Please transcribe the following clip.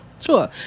Sure